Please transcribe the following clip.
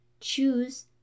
choose